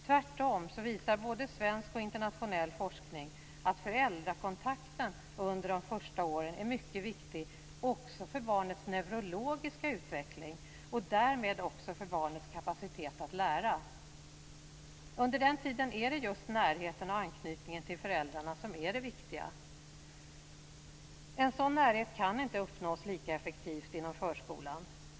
Tvärtom visar både svensk och internationell forskning att föräldrakontakten under de första åren är mycket viktig också för barnets neurologiska utveckling och därmed också för barnets kapacitet att lära. Under den här tiden är just närheten och anknytningen till föräldrarna viktigt. En sådan närhet kan inte uppnås lika effektivt inom förskolan.